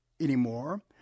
anymore